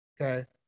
Okay